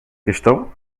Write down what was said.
questão